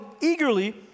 eagerly